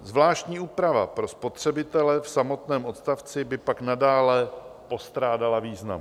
Zvláštní úprava pro spotřebitele v samotném odstavci by pak nadále postrádala významu.